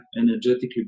energetically